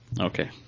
Okay